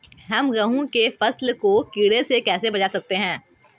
हम गेहूँ की फसल को कीड़ों से कैसे बचा सकते हैं?